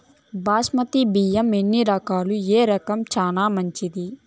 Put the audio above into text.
బాస్మతి బియ్యం ఎన్ని రకాలు, ఏ రకం చానా మంచిది?